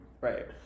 Right